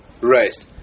raised